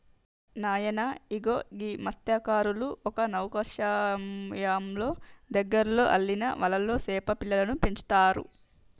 నాయన ఇగో గీ మస్త్యకారులు ఒక నౌకశ్రయంలో దగ్గరలో అల్లిన వలలో సేప పిల్లలను పెంచుతారు